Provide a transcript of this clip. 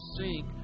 sink